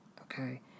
okay